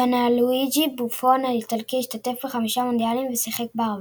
ג'אנלואיג'י בופון האיטלקי השתתף בחמישה מונדיאלים ושיחק בארבעה.